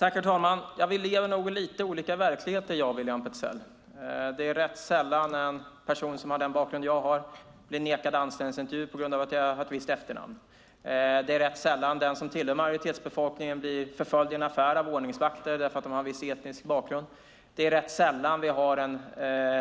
Herr talman! William Petzäll och jag lever nog i lite olika verkligheter. Det är rätt sällan som en person som har den bakgrund jag har blir nekad anställningsintervju på grund av ett visst efternamn. Det är rätt sällan de som tillhör majoritetsbefolkningen blir förföljda av ordningsvakter i en affär därför att de har en viss etnisk bakgrund. Det är rätt sällan vi har en